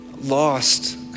lost